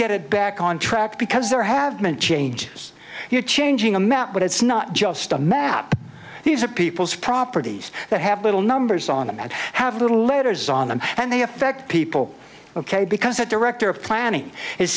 get it back on track because there have been change you're changing a map but it's not just a map these are people's properties that have little numbers on them and have little letters on them and they affect people ok because a director of planning